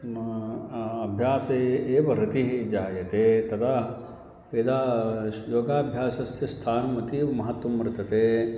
अभ्यासे एव रतिः जायते तदा यदा योगाभ्यासस्य स्थानम् अतीव महत्वं वर्तते